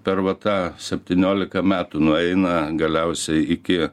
per va tą septyniolika metų nueina galiausiai iki